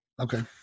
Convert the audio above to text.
Okay